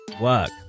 Work